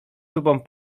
tubą